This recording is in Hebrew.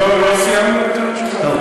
עוד לא סיימנו את התשובה.